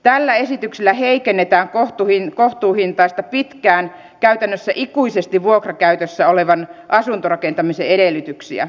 tällä esityksellä heikennetään kohtuuhintaisten pitkään käytännössä ikuisesti vuokrakäytössä olevien asuntojen rakentamisen edellytyksiä